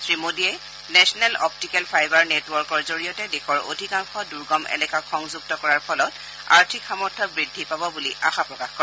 শ্ৰী মোদীয়ে national optical fibre নেটৱৰ্কৰ জৰিয়তে দেশৰ অধিকাংশ দুৰ্গম এলেকাক সংযুক্ত কৰাৰ ফলত আৰ্থিক সামৰ্থ বৃদ্ধি পাব বুলি আশা প্ৰকাশ কৰে